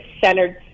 centered